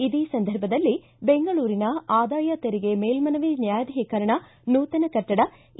ಇದೇ ಸಂದರ್ಭದಲ್ಲಿ ಬೆಂಗಳೂರಿನ ಆದಾಯ ತೆರಿಗೆ ಮೇಲನವಿ ನ್ನಾಯಾಧೀಕರಣ ನೂತನ ಕಟ್ಟಡ ಇ